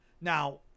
Now